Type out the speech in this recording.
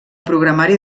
programari